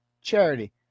charity